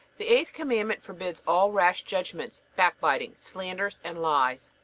the eighth commandment forbids all rash judgments, backbiting, slanders, and lies.